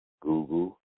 Google